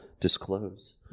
disclose